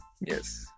Yes